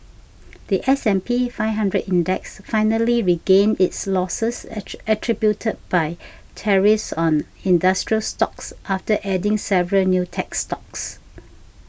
the S and P Five Hundred Index finally regained its losses attributed by tariffs on industrial stocks after adding several new tech stocks